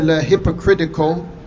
hypocritical